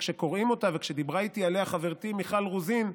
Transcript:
שכשקוראים אותה וכשדיברה איתי עליה חברתי מיכל רוזין,